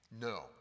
no